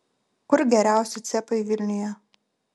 kur geriausi cepai vilniuje